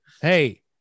Hey